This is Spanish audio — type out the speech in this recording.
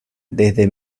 desde